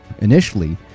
Initially